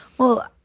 well,